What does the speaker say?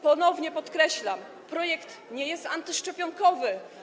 Ponownie podkreślam: projekt nie jest antyszczepionkowy.